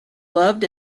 loved